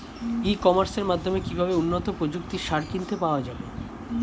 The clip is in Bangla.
ই কমার্সের মাধ্যমে কিভাবে উন্নত প্রযুক্তির সার কিনতে পাওয়া যাবে?